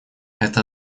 это